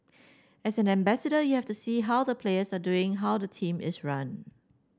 as an ambassador you have to see how the players are doing how the team is run